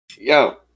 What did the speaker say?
yo